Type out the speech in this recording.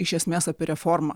iš esmės apie reformą